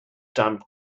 damp